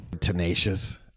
tenacious